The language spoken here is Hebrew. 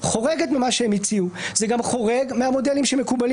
לכן במובן